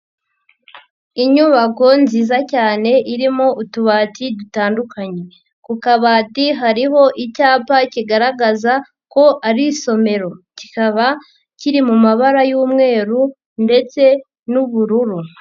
Inyubako nziza cyane irimo utubati dutandukanye. Ku kabati hariho icyapa kigaragaza ko ari isomero. Kikaba kiri mu mabara y'umweru ndetse n'ubururu.